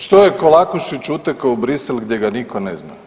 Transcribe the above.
Što je Kolakušić utekao u Bruxelles gdje ga nitko ne zna?